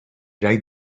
right